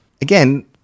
Again